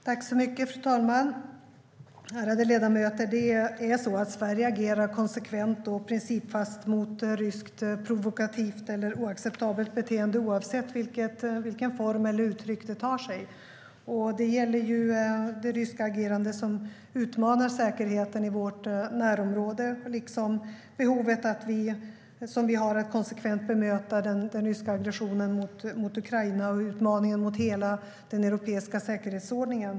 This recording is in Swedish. Fru talman! Ärade ledamöter! Sverige agerar konsekvent och principfast mot ryskt provokativt eller oacceptabelt beteende, oavsett vilken form eller vilket uttryck det tar sig. Det gäller det ryska agerandet som utmanar säkerheten i vårt närområde liksom behovet av att konsekvent bemöta den ryska aggressionen mot Ukraina och utmaningen mot hela den europeiska säkerhetsordningen.